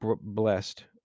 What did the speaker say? blessed